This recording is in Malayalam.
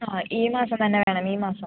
ആ ഈ മാസം തന്നെ വേണം ഈ മാസം